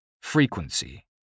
Frequency